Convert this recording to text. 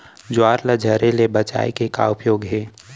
ज्वार ला झरे ले बचाए के का उपाय हे?